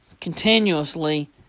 continuously